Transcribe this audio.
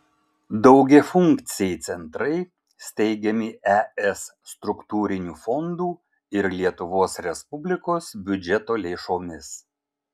daugiafunkciai centrai steigiami es struktūrinių fondų ir lietuvos respublikos biudžeto lėšomis